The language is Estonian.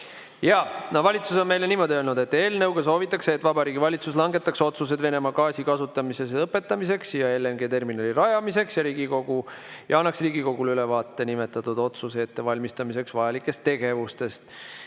no valitsus on meile niimoodi öelnud, et eelnõuga soovitakse, et Vabariigi Valitsus langetaks otsuse Venemaa gaasi kasutamise lõpetamiseks ja LNG-terminali rajamiseks ning annaks Riigikogule ülevaate nimetatud otsuse ettevalmistamiseks vajalikest tegevustest.